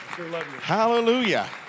Hallelujah